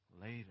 later